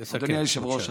אדוני היושב-ראש,